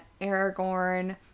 Aragorn